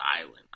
Island